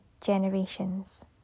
generations